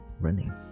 running